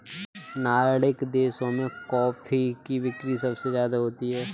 Nordic देशों में coffee की बिक्री सबसे ज्यादा होती है